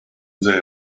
they